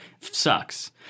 sucks